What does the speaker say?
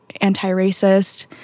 anti-racist